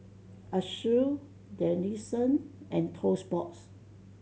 Asus Denizen and Toast Box